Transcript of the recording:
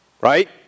Right